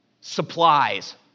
Supplies